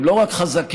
הם לא רק חזקים,